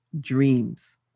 dreams